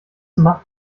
macht